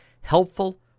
helpful